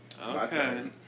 Okay